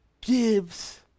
gives